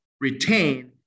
retain